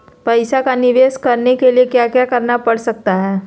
पैसा का निवेस करने के लिए क्या क्या करना पड़ सकता है?